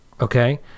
okay